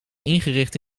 ingericht